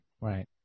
Right